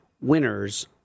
winners